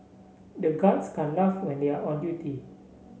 the guards can't laugh when they are on duty